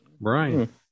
Brian